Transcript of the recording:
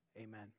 amen